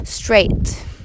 Straight